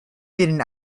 getting